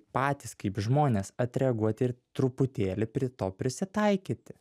patys kaip žmonės atreaguoti ir truputėlį prie to prisitaikyti